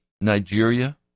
Nigeria